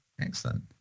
Excellent